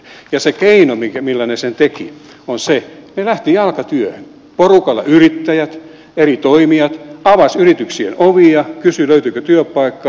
ja se keino millä he sen tekivät oli se että he lähtivät jalkatyöhön porukalla yrittäjät ja eri toimijat avasivat yrityksien ovia ja kysyivät löytyykö työpaikkaa